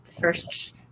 first